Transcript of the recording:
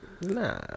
Nah